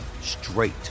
straight